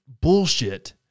bullshit